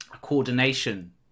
coordination